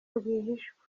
rwihishwa